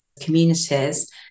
communities